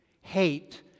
hate